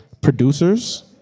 Producers